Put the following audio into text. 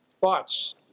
thoughts